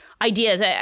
ideas